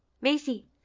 Macy